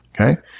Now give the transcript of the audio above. okay